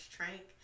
Trank